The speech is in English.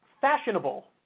fashionable